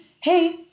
hey